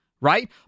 right